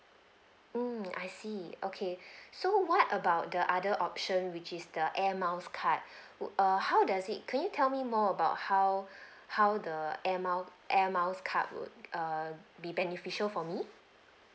mm I see okay so what about the other option which is the air miles card would err how does it can you tell me more about how how the air mile air miles card would err be beneficial for me